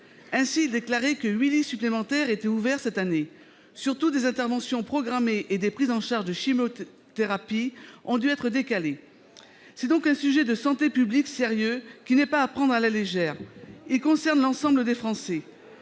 Il indiquait que huit lits supplémentaires avaient été ouverts cette année. Surtout, des interventions programmées et des prises en charge de chimiothérapies ont dû être décalées. C'est donc un sujet de santé publique sérieux, qui n'est pas à prendre à la légère. Ce sujet concerne l'ensemble des Français.